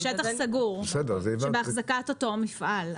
שטח סגור שבאחזקת אותו המפעל.